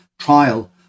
trial